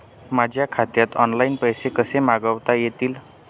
माझ्या खात्यात ऑनलाइन पैसे कसे मागवता येतील?